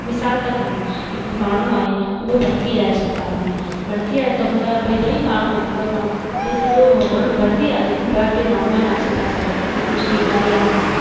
मिसाल त खयूं हिकु माण्हू आहे उहो भरती आहे अस्पताल में भरती आहे त हुन ॿई माण्हूअ आहिनि ॿ माण्हू भई सॼो हॉल भरती आहे लेकिन ॿ टे माण्हू आहिनि आसे पासे वारा कंहिंखे कुझु बीमारी आहे कंहिंखे कुझु